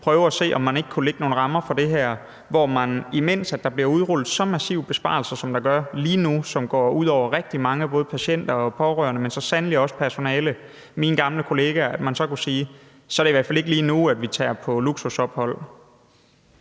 prøve at se, om man ikke kunne lægge nogle rammer for det her, så man, imens der bliver udrullet så massive besparelser, som der gør lige nu, og som går ud over rigtig mange både patienter og pårørende, men så sandelig også personale, mine gamle kollegaer, kunne sige, at det i hvert fald ikke er lige nu, man tager på luksusophold.